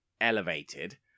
elevated